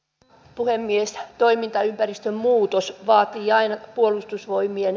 meillä naisilla on tosiaankin turvaton olo